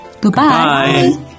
Goodbye